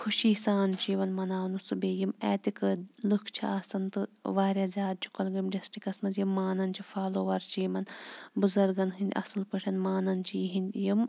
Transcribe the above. خوشی سان چھِ یِوان مَناونہٕ سُہ بیٚیہِ یِم اعتِقٲدۍ لٕکھ چھِ آسان تہٕ واریاہ زیادٕ چھِ کۄلگٲمۍ ڈِسٹِرٛکَس منٛز یِم مانان چھِ فالووَر چھِ یِمَن بُزرگَن ہٕنٛدۍ اَصٕل پٲٹھۍ مانان چھِ یِہِنٛدۍ یِم